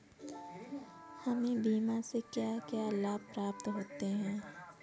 हमें बीमा से क्या क्या लाभ प्राप्त होते हैं?